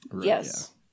Yes